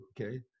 okay